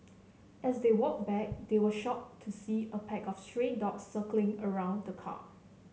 as they walked back they were shocked to see a pack of stray dogs circling around the car